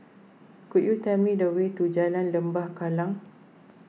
could you tell me the way to Jalan Lembah Kallang